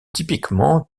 typiquement